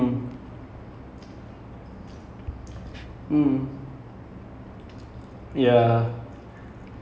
like some days they will say it's very serious and what not but I'm just ready for like those non wage days they will make like so many items